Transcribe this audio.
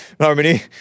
Harmony